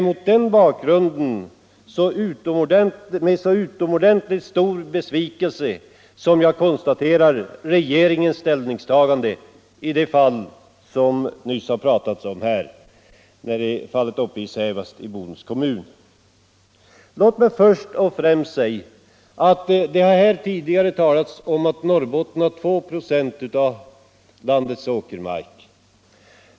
Mot denna bakgrund konstaterar jag med stor besvikelse regeringens handlande i det fall som nu berörts, nämligen Sävast i Bodens kommun. Det har tidigare talats om att Norrbotten har 2 26 av landets åkermark.